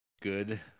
Good